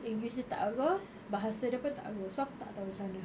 english dia tak bagus bahasa dia pun tak bagus so aku tak tahu macam mana